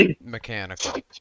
mechanical